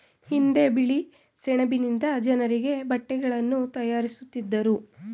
ಹಿಂದೆ ಬಿಳಿ ಸೆಣಬಿನಿಂದ ಜನರಿಗೆ ಬಟ್ಟೆಗಳನ್ನು ತಯಾರಿಸುತ್ತಿದ್ದರು